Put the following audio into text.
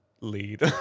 lead